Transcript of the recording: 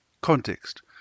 Context